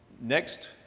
next